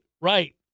Right